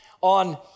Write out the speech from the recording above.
on